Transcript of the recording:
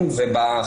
גופני,